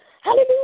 Hallelujah